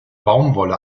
baumwolle